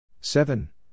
Seven